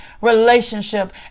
relationship